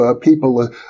people